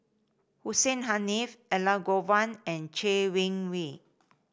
Hussein Haniff Elangovan and Chay Weng Yew